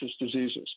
Diseases